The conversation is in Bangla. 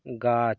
গাছ